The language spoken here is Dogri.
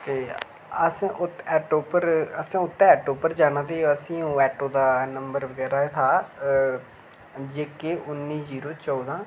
ते उस उत्त आटो उप्पर असें उत्ते आटो पर जाना ते असें ओह् आटो दा नंबर जेह्ड़ा था जेह्के उन्नी जीरो चौदां